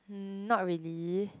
mm not really